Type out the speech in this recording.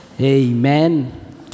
Amen